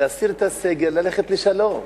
להסיר את הסגר וללכת לשלום.